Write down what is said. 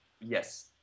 Yes